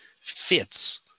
fits